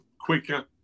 quicker